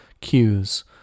cues